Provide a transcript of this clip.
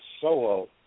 solo